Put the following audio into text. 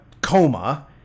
coma